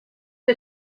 que